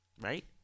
Right